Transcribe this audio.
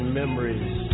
memories